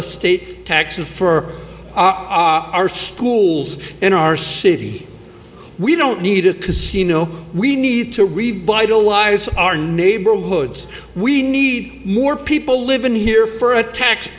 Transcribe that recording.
estate taxes for our schools in our city we don't need a casino we need to revitalize our neighborhoods we need more people living here for a tax